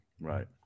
Right